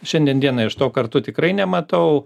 šiandien dienai aš to kartu tikrai nematau